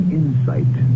insight